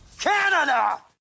Canada